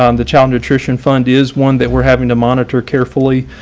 um the child nutrition fund is one that we're having to monitor carefully.